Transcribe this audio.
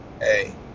hey